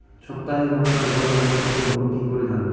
সপ্তাহে লংকার গড় বাজার কতো হলো কীকরে জানবো?